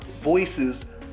voices